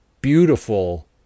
beautiful